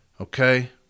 Okay